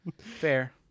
Fair